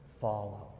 follow